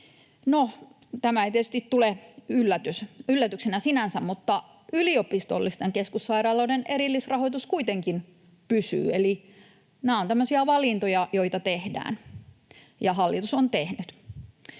tämä ei tietysti tule yllätyksenä sinänsä, mutta yliopistollisten keskussairaaloiden erillisrahoitus kuitenkin pysyy, eli nämä ovat tämmöisiä valintoja, joita tehdään — ja hallitus on tehnyt.